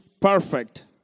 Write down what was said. perfect